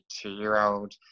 two-year-old